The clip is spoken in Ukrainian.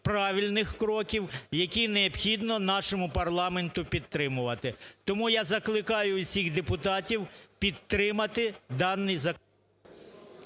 правильних кроків, які необхідно нашому парламенту підтримувати. Тому я закликаю всіх депутатів підтримати даний